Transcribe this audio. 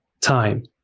time